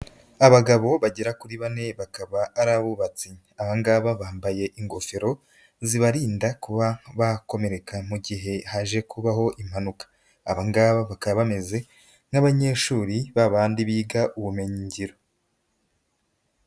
Abagabo bagera kuri bane bakaba ari abubatsi, aba ngaba bambaye ingofero zibarinda kuba bakomereka mu gihe haje kubaho impanuka. Aba ngaba bakaba bameze nk'abanyeshuri babandi biga ubumenyingiro.